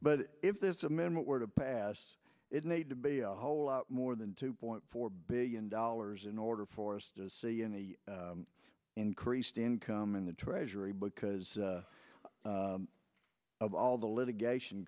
but if this amendment were to pass it need to be a whole lot more than two point four billion dollars in order for us to see in the increased income in the treasury because of all the litigation